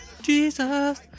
Jesus